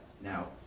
Now